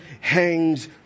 hangs